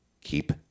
keep